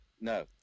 No